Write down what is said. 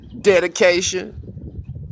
dedication